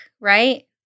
right